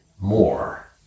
more